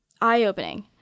eye-opening